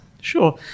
Sure